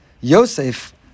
Yosef